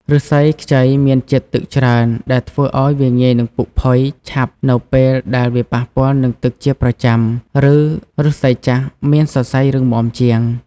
ឫស្សីខ្ចីមានជាតិទឹកច្រើនដែលធ្វើឲ្យវាងាយនឹងពុកផុយឆាប់នៅពេលដែលប៉ះពាល់នឹងទឹកជាប្រចាំ ឫស្សីចាស់មានសរសៃរឹងមាំជាង។